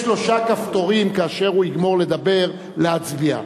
יש שלושה כפתורים, כאשר הוא יגמור לדבר, להצביע.